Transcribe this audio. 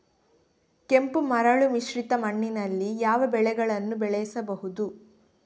ಕೆಂಪು ಮರಳು ಮಿಶ್ರಿತ ಮಣ್ಣಿನಲ್ಲಿ ಯಾವ ಬೆಳೆಗಳನ್ನು ಬೆಳೆಸಬಹುದು?